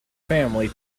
family